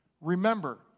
Remember